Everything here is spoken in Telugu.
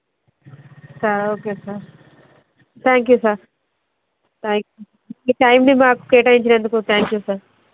sir okay sir thank you sir thank you మీ టైమ్ని మాకు కేటాయించినందుకు థ్యాంక్ యూ సార్